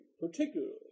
particularly